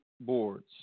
boards